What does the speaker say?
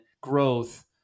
growth